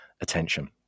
attention